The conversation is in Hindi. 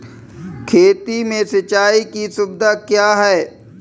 खेती में सिंचाई की सुविधा क्या है?